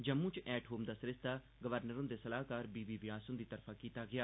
जम्मू च at home दा सरिस्ता गवरनर हुंदे सलाहकार बी बी व्यास हुंदी तरफा कीता गेआ